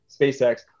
SpaceX